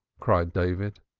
cried david.